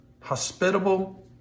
Hospitable